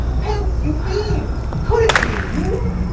pence, you fiend? could it be you?